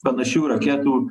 panašių raketų